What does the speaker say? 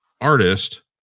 artist